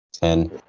Ten